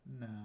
No